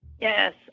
Yes